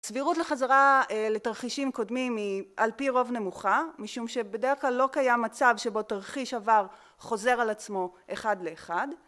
סבירות לחזרה לתרחישים קודמים היא על פי רוב נמוכה, משום שבדרך כלל לא קיים מצב שבו תרחיש עבר חוזר על עצמו אחד לאחד.